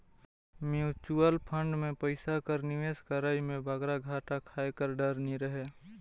mutual fund में पइसा कर निवेस करई में बगरा घाटा खाए कर डर नी रहें